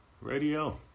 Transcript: Radio